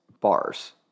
bars